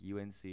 UNC